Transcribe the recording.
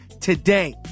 today